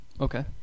Okay